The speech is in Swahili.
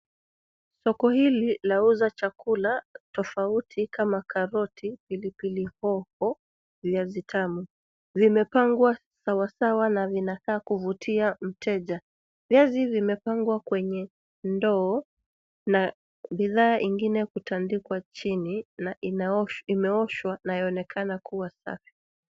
Soko hili lauza chakula tofauti kama karoti, pilipili hoho, viazi tame. Vimepangwa sawasawa na vinakaa kuvutia mteja. Viazi zimepangwa kwenye ndoo na bidhaa ingine kutandikwa chini na imeoshwa na yoonekana kuwa sasa.